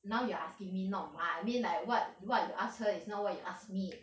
now you are asking me not 妈 I mean like what what you ask her is not what you ask me